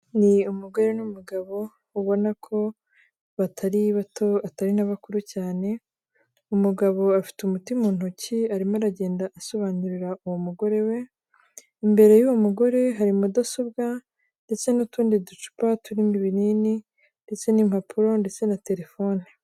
Ni umugore n'umugabo ubona ko batari bato atari nabakuru cyane umugabo afite umuti mu ntoki arimo aragenda asobanurira uwo mugore we, imbere y'uwo mugore hari mudasobwa ndetse n'utundi ducupa turimo ibinini ndetse n'impapuro ndetse na telefone.